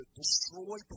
destroy